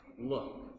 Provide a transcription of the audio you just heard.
look